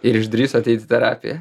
ir išdrįso ateit į terapiją